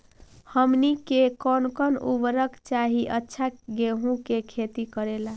हमनी के कौन कौन उर्वरक चाही अच्छा गेंहू के खेती करेला?